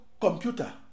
computer